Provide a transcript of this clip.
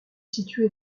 située